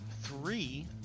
three